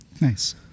nice